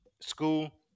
school